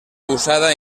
usada